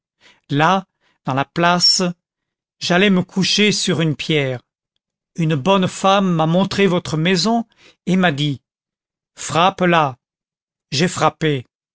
là dans la place j'allais me coucher sur une pierre une bonne femme m'a montré votre maison et m'a dit frappe là j'ai frappé